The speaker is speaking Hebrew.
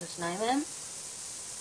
אני